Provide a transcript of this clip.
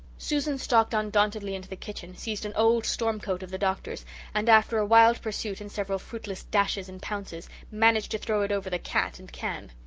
susan stalked undauntedly into the kitchen, seized an old storm coat of the doctor's and after a wild pursuit and several fruitless dashes and pounces, managed to throw it over the cat and can.